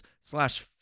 slash